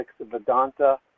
Vedanta